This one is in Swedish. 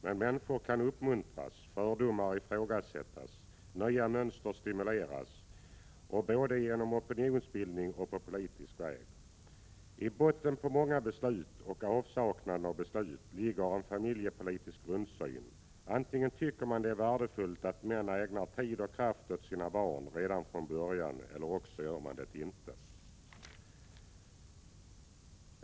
Men människor kan uppmuntras, fördomar ifrågasättas, nya mönster stimuleras, både genom opinionsbildning och på politisk väg. I botten på många beslut — och avsaknaden av beslut — ligger en familjepolitisk grundsyn. Antingen tycker man att det är värdefullt att män ägnar tid och kraft åt sina barn redan från början eller också gör man det inte.